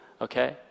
Okay